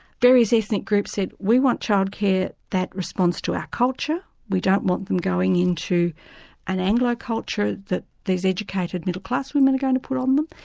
various ethnic groups said, we want childcare that responds to our culture, we don't want them going in to an anglo culture that these educated middle-class women are going to put on them.